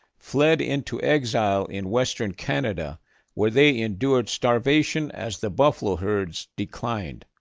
fled into exile in western canada where they endured starvation as the buffalo herds declined.